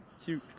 Cute